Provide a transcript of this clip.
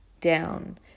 down